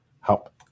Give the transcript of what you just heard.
help